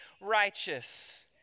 righteous